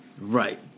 right